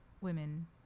women